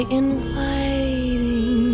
inviting